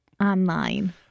online